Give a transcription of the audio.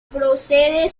procede